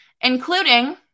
including